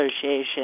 Association